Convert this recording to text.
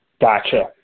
Gotcha